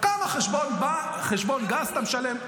כמה חשבון גז אתה משלם?